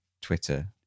twitter